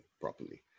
properly